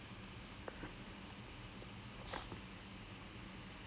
I don't know there was a good few weeks I couldn't walk properly and everything